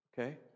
okay